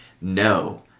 No